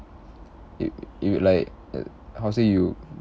y~ you like err how to say you